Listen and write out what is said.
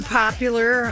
popular